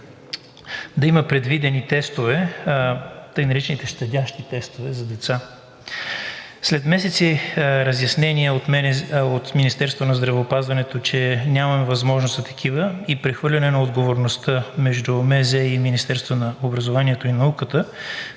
да има предвидени тестове, тъй наречените щадящи тестове, за деца. След месеци разяснения от Министерството на здравеопазването, че нямаме възможност за такива и прехвърляне на отговорността между Министерството на здравеопазването